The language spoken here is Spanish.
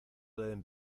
deben